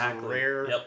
rare